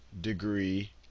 degree